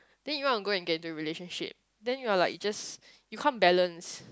then you want to get into a relationship then you are like you just you can't balance